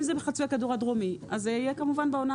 אם זה בחצי הכדור הדרומי אז זה יהיה כמובן בעונה